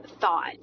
thought